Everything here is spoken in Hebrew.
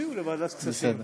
תצביעו לוועדת הכספים.